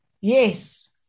Yes